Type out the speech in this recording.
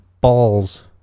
balls